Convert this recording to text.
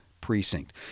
precinct